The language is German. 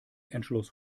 entschloss